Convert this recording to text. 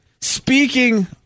Speaking